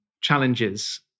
Challenges